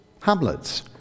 hamlets